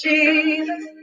Jesus